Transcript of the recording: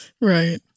right